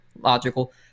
logical